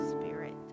Spirit